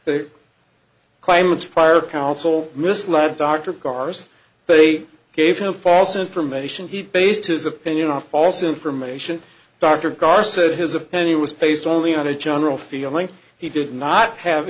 the claimants prior counsel misled dr gars they gave him false information he based his opinion on false information dr dhar said his opinion was based only on a general feeling he did not have